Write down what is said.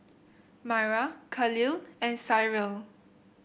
Myra Khalil and Cyril